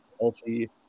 healthy